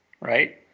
right